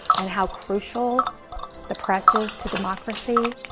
and how crucial the press is to democracy.